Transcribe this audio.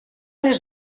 les